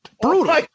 brutal